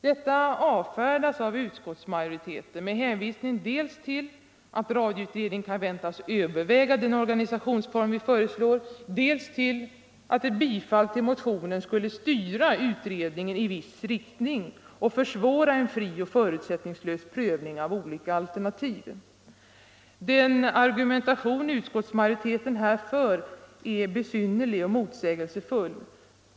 Detta avfärdas av utskottsmajoriteten med hänvisning dels till att radioutredningen kan väntas överväga den organisationsform vi föreslår, dels till att ett bifall till motionen skulle styra utredningen i viss riktning och försvåra en fri och förutsättningslös prövning av olika alternativ. Den argumentation utskottsmajoriteten här för är besynnerlig och motsägelsefull.